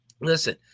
listen